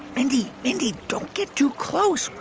mindy. mindy, don't get too close.